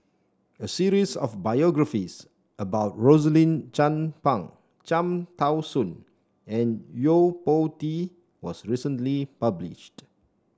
a series of biographies about Rosaline Chan Pang Cham Tao Soon and Yo Po Tee was recently published